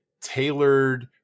tailored